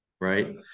Right